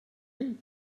you